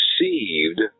received